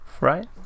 right